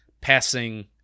passing